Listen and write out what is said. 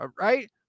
right